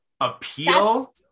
appeal